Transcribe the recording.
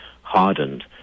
hardened